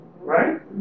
right